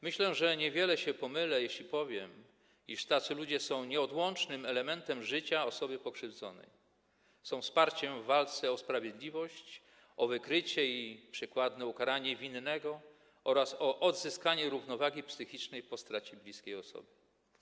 Myślę, że niewiele się pomylę, jeśli powiem, iż tacy ludzie są nieodłącznym elementem życia osoby pokrzywdzonej, są wsparciem w walce o sprawiedliwość, o wykrycie i przykładne ukaranie winnego oraz o odzyskanie równowagi psychicznej po stracie bliskiej osoby.